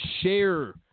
share